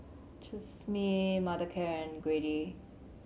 Tresemme Mothercare and Glade